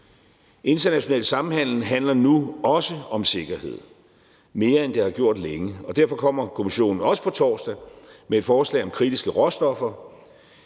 International samhandel handler nu også om sikkerhed mere end det har gjort længe, og derfor kommer Kommissionen også på torsdag med et forslag om kritiske råstoffer,